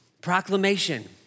Proclamation